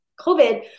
COVID